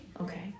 Okay